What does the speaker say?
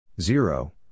Zero